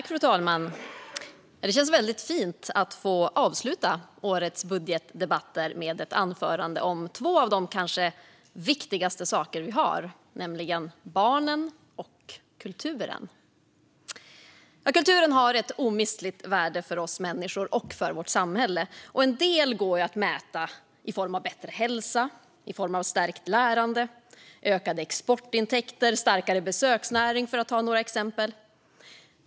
Fru talman! Det känns väldigt fint att få avsluta årets budgetdebatter med ett anförande om två av de kanske viktigaste saker vi har, nämligen barnen och kulturen. Kulturen har ett omistligt värde för oss människor och för vårt samhälle. En del går att mäta i form av bättre hälsa, stärkt lärande, ökade exportintäkter och starkare besöksnäring för att ta några exempel.